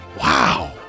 Wow